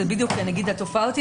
וזו בדיוק התופעה הזאת,